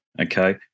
okay